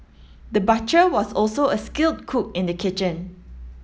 the butcher was also a skilled cook in the kitchen